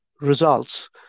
results